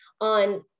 on